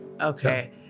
okay